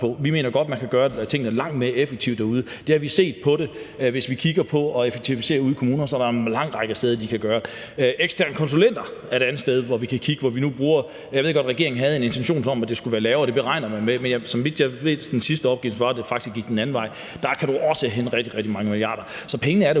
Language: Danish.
Vi mener godt, man kan gøre tingene langt mere effektivt derude. Det har vi set på. Hvis vi kigger på at effektivisere ude i kommunerne, kan vi se, der er en lang række steder, hvor de kan gøre det. Eksterne konsulenter er et andet sted, hvor vi kan kigge hen. Jeg ved godt, at regeringen havde en intention om, at tallet skulle være lavere dér – det regner man med – men så vidt jeg ved, var det i den sidste opgørelse faktisk sådan, at det gik den anden vej. Der kan man også hente rigtig, rigtig mange milliarder. Så pengene er